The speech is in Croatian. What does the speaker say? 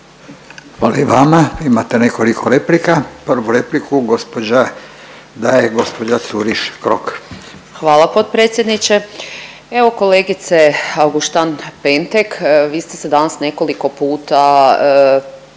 Hvala i vama. Imate nekoliko replika. Prvu repliku gospođa, daje gospođa Curiš Krok. **Curiš Krok, Anita (SDP)** Hvala potpredsjedniče. Evo kolegice Auguštan Pentek, vi ste se danas nekoliko puta znači